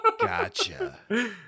Gotcha